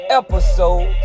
episode